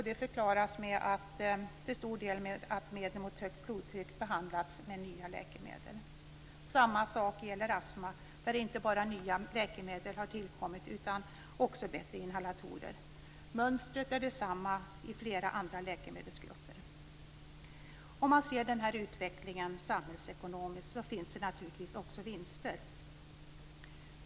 Det förklaras till stor del med att högt blodtryck behandlats med nya läkemedel. Samma sak gäller astma, där inte bara nya läkemedel har tillkommit, utan också bättre inhalatorer. Mönstret är det samma i flera andra läkemedelsgrupper. Om man ser denna utveckling samhällsekonomiskt kan man naturligtvis också se vinster.